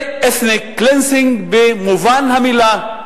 זה ethnic cleansing במלוא מובן המלה.